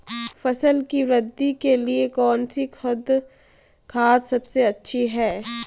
फसल की वृद्धि के लिए कौनसी खाद सबसे अच्छी है?